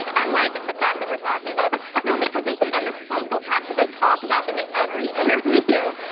like i'm like the fact that we're talking about them. no, because they think i'm a psychopath because i talk about them in every interview.